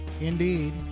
indeed